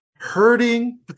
Hurting